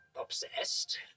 obsessed